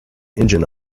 engine